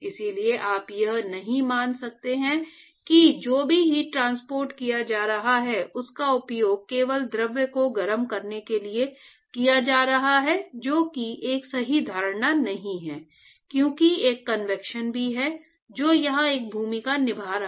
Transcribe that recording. इसलिए आप यह नहीं मान सकते हैं कि जो भी हीट ट्रांसपोर्ट किया जा रहा है उसका उपयोग केवल द्रव को गर्म करने के लिए किया जा रहा है जो कि एक सही धारणा नहीं है क्योंकि एक कन्वेक्शन भी है जो यहाँ एक भूमिका निभा रहा है